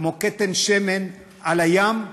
כמו כתם שמן על הים,